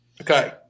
okay